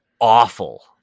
awful